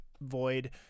void